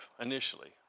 initially